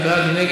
מי בעד?